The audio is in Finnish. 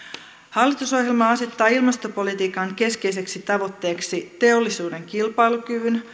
hallitusohjelma asettaa ilmastopolitiikan keskeiseksi tavoitteeksi teollisuuden kilpailukyvyn